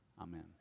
Amen